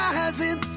Rising